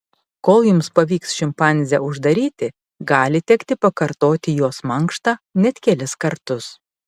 kol jums pavyks šimpanzę uždaryti gali tekti pakartoti jos mankštą net kelis kartus